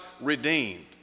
redeemed